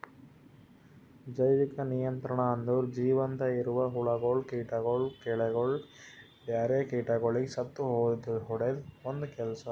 ಜೈವಿಕ ನಿಯಂತ್ರಣ ಅಂದುರ್ ಜೀವಂತ ಇರವು ಹುಳಗೊಳ್, ಕೀಟಗೊಳ್, ಕಳೆಗೊಳ್, ಬ್ಯಾರೆ ಕೀಟಗೊಳಿಗ್ ಸತ್ತುಹೊಡೆದು ಒಂದ್ ಕೆಲಸ